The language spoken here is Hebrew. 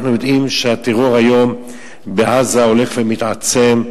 אנחנו יודעים שהטרור היום בעזה הולך ומתעצם.